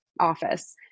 office